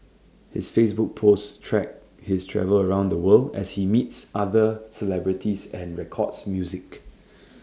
his Facebook posts track his travels around the world as he meets other celebrities and records music